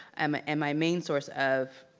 um and my main source of.